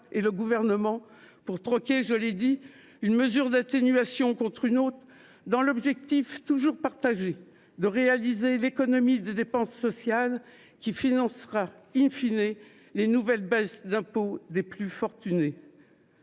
et le Gouvernement, pour troquer une mesure d'atténuation contre une autre, avec l'objectif partagé de réaliser l'économie des dépenses sociales qui financera,, les nouvelles baisses d'impôts des plus fortunés.